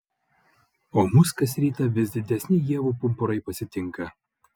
o mus kas rytą vis didesni ievų pumpurai pasitinka